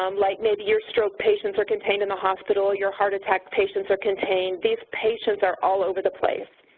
um like maybe your stroke patients are contained in the hospital, your heart attack patients are contained, these patients are all over the place.